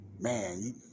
Man